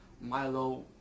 milo